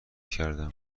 کردم